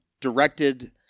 Directed